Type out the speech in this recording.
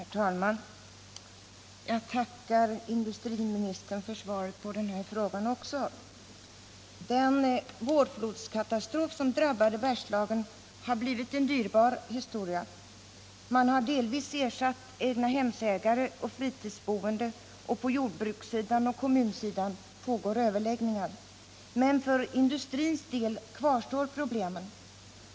Herr talman! Jag tackar industriministern för svaret också på denna fråga. Den vårflodskatastrof som drabbade Bergslagen har blivit en dyrbar historia. Man har delvis ersatt egnahemsägare och fritidsboende, och på jordbrukssidan och kommunsidan pågår överläggningar. Men för industrins del kvarstår problemen.